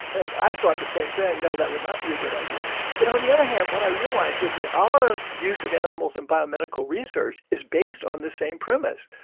and i thought the same thing. no, that would not be a good idea but on on the other hand, what i realized was that our use of animals in biomedical research is based on the same premise.